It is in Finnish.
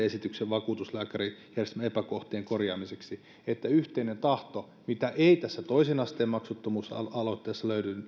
esityksen vakuutuslääkärijärjestelmän epäkohtien korjaamiseksi eli yhteinen tahto mitä ei tässä toisen asteen maksuttomuus aloitteessa